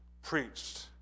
Preached